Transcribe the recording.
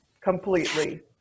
completely